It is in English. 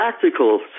practical